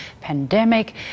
pandemic